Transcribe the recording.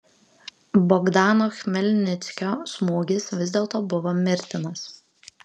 bogdano chmelnickio smūgis vis dėlto buvo mirtinas